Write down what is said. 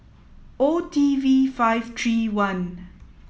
O T V five three one